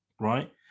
right